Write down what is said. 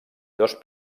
dos